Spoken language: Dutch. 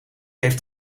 heeft